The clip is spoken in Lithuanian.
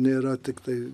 nėra tiktai